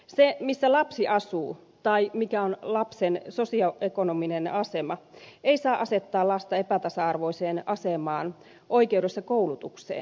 se missä lapsi asuu tai mikä on lapsen sosioekonominen asema ei saa asettaa lasta epätasa arvoiseen asemaan oikeudessa koulutukseen